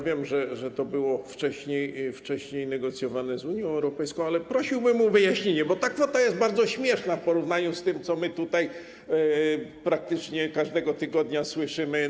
Wiem, że to było wcześniej negocjowane z Unią Europejską, ale prosiłbym o wyjaśnienie, bo ta kwota jest bardzo śmieszna w porównaniu z tym, co tutaj praktycznie każdego tygodnia słyszymy.